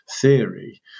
theory